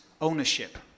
ownership